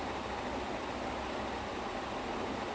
okay so what's the plot of the movie